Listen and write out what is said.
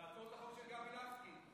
תעצור את החוק של גבי לסקי,